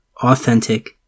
Authentic